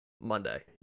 Monday